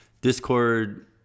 Discord